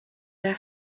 their